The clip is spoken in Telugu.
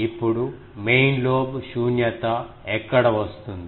ఇప్పుడు మెయిన్ లోబ్ శూన్యత ఎక్కడ వస్తుంది